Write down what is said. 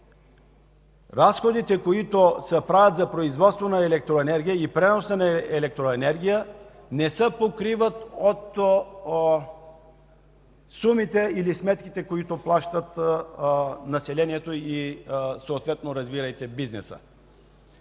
разходите, които се правят в България за производство на електроенергия и преноса на електроенергия, не се покриват от сумите или сметките, които плаща населението и съответно бизнесът,